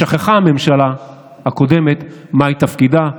שכחה הממשלה הקודמת מה תפקידה,